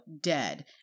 dead